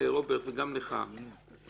וגם לך רוברט,